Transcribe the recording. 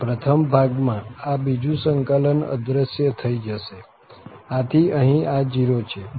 આમ પ્રથમ ભાગ માં આ બીજુ સંકલન અદ્રશ્ય થઇ જશે આથી અહીં આ 0 છે